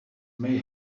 may